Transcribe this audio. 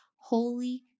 holy